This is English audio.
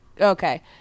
Okay